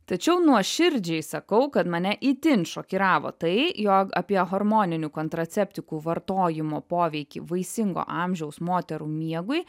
tačiau nuoširdžiai sakau kad mane itin šokiravo tai jog apie hormoninių kontraceptikų vartojimo poveikį vaisingo amžiaus moterų miegui